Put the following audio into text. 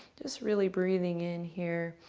just really breathing in here.